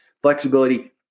Flexibility